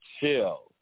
chill